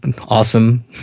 awesome